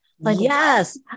Yes